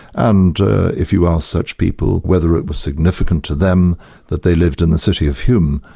and if you ask such people whether it was significant to them that they lived in the city of hume,